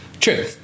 True